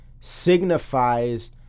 signifies